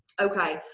okay.